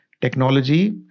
technology